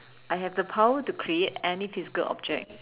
I have the power to create any physical object